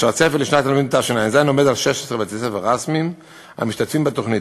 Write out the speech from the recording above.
והצפי לשנת הלימודים תשע"ז הוא 16 בתי-ספר רשמיים המשתתפים בתוכנית.